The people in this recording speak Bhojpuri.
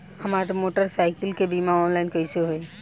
हमार मोटर साईकीलके बीमा ऑनलाइन कैसे होई?